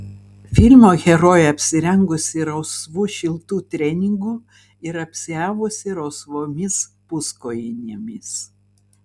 filmo herojė apsirengusi rausvu šiltu treningu ir apsiavusi rausvomis puskojinėmis